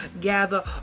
gather